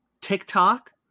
TikTok